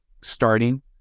starting